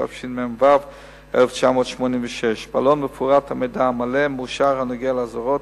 התשמ"ו 1986. בעלון מפורט המידע המלא והמאושר הנוגע לאזהרות,